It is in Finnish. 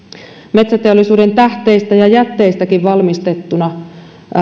metsäteollisuuden tähteistä ja jätteistäkin valmistettuna